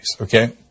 okay